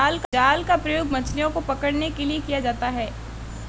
जाल का प्रयोग मछलियो को पकड़ने के लिये किया जाता है